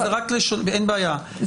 אין בעיה,